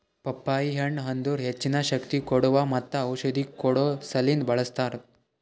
ಪಪ್ಪಾಯಿ ಹಣ್ಣ್ ಅದರ್ ಹೆಚ್ಚಿನ ಶಕ್ತಿ ಕೋಡುವಾ ಮತ್ತ ಔಷಧಿ ಕೊಡೋ ಸಲಿಂದ್ ಬಳ್ಸತಾರ್